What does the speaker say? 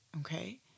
Okay